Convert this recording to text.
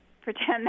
pretend